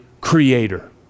creator